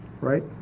Right